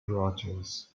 rogers